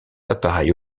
appareils